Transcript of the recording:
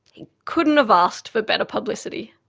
he couldn't have asked for better publicity.